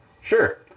sure